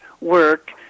work